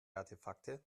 artefakte